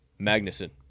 Magnuson